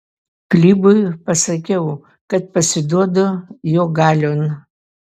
klybui pasakiau kad pasiduodu jo galion